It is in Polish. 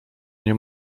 nie